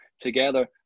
together